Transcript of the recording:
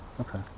okay